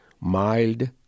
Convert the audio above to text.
mild